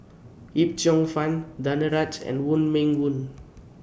Yip Cheong Fun Danaraj and Wong Meng Voon